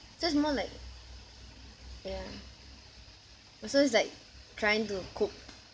so it's more like ya oh so it's like trying to cope